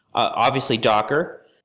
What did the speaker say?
obviously, docker.